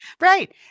Right